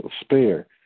spare